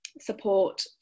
support